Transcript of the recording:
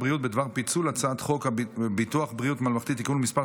פיצול הצעת חוק ביטוח בריאות ממלכתי (תיקון מס'